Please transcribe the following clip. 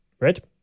right